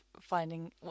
finding